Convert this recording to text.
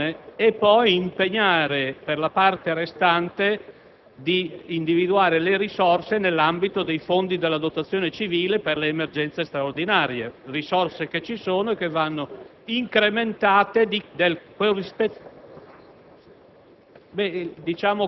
modo secondo la cadenza delle quote individuate anche dall'opposizione e poi impegnarsi, per la parte restante, ad individuare le risorse nell'ambito dei fondi della Protezione civile per le emergenze straordinarie, risorse che ci sono e che vanno